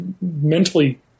mentally –